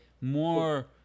more